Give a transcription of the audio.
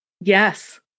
Yes